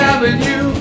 Avenue